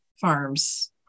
farms